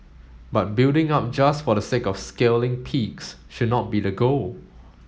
but building up just for the sake of scaling peaks should not be the goal